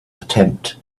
attempt